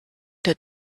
the